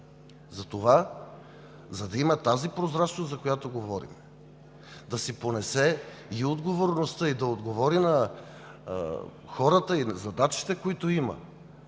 Затова, за да има тази прозрачност, за която говорим, да си понесе и отговорността и да отговори на хората и на задачите, които има,